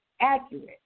accurate